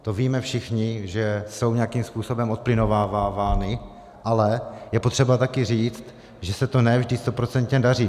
To víme všichni, že jsou nějakým způsobem odplynovávány, ale je potřeba také říct, že se to ne vždy stoprocentně daří.